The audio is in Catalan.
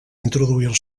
introduir